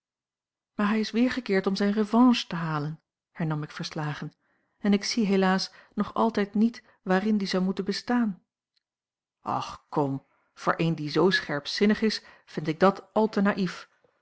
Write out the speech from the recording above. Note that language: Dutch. maar hij is weergekeerd om zijne revanche te halen hernam ik verslagen en ik zie helaas nog altijd niet waarin die zou moeten bestaan och kom voor eene die zoo scherpzinnig is vind ik dat